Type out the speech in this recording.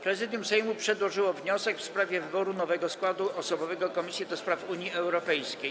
Prezydium Sejmu przedłożyło wniosek w sprawie wyboru nowego składu osobowego Komisji do Spraw Unii Europejskiej.